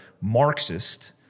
Marxist